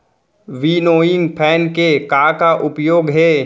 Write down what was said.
Winnowing fan के का का उपयोग हे?